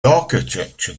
architecture